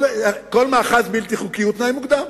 כל מאחז בלתי חוקי הוא תנאי מוקדם.